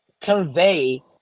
convey